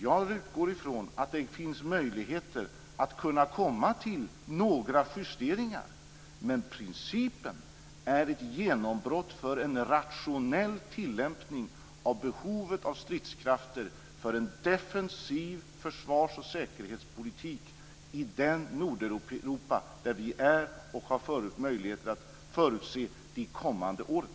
Jag utgår från att det finns möjligheter att komma fram till några justeringar, men principen är ett genombrott för en rationell tillämpning av behovet av stridskrafter för en defensiv försvars och säkerhetspolitik i det Nordeuropa där vi är och där vi har möjligheter att förutse de kommande åren.